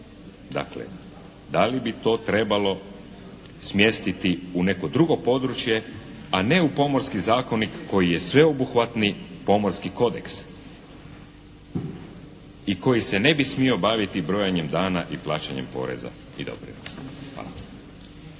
dakle da li bi to trebalo smjestiti u neko drugo područje, a ne u Pomorski zakonik koji je sveobuhvatni pomorski kodeks i koji se ne bi smio baviti brojanjem dana i plaćanjem poreza. Hvala.